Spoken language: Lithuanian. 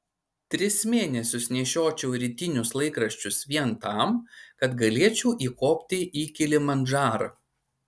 tris mėnesius nešiočiau rytinius laikraščius vien tam kad galėčiau įkopti į kilimandžarą